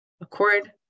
Accord